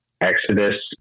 Exodus